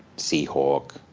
sea hawk,